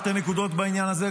שתי נקודות בעניין הזה.